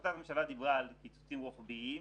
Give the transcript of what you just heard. החלטת הממשלה דיברה על קיצוצים רוחביים,